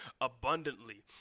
abundantly